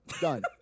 done